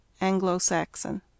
Anglo-Saxon